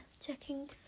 checking